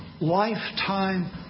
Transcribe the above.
lifetime